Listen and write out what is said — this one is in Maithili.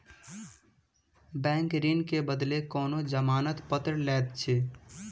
बैंक ऋण के बदले कोनो जमानत पत्र लैत अछि